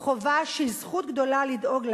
חובה שהיא זכות גדולה, לדאוג להם,